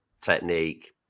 technique